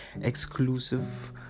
exclusive